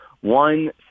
one